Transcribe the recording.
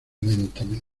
lentamente